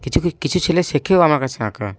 কিছু কি কিছু ছেলে শেখেও আমার কাছে আঁকা